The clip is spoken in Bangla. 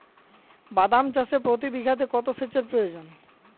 বাদাম চাষে প্রতি বিঘাতে কত সেচের প্রয়োজন?